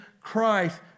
Christ